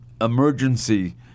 emergency